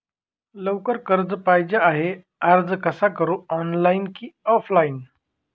लवकर कर्ज पाहिजे आहे अर्ज कसा करु ऑनलाइन कि ऑफलाइन?